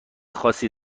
خاصی